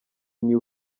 new